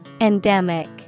Endemic